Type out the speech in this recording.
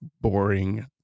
boring